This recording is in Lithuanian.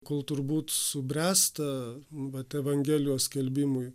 kol turbūt subręsta vat evangelijos skelbimui